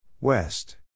West